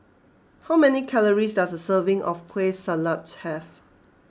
how many calories does a serving of Kueh Salat have